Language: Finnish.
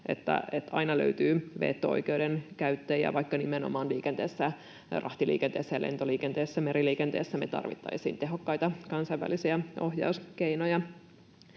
aina löytyy veto-oikeuden käyttäjiä, vaikka nimenomaan liikenteessä — rahtiliikenteessä, lentoliikenteessä ja meriliikenteessä — me tarvittaisiin tehokkaita kansainvälisiä ohjauskeinoja.